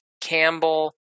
Campbell